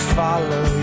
follow